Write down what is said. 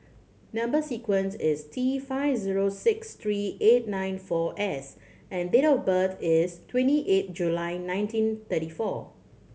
number sequence is T five zero six three eight nine four S and date of birth is twenty eight July nineteen thirty four